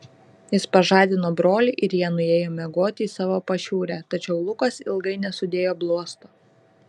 jis pažadino brolį ir jie nuėjo miegoti į savo pašiūrę tačiau lukas ilgai nesudėjo bluosto